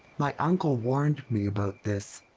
my uncle warned me about this.